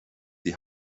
die